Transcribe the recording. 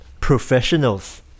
professionals